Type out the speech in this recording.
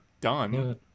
done